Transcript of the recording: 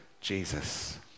Jesus